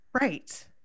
Right